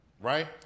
right